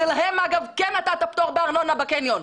שלהם אגב כן נתת פטור בארנונה בקניון,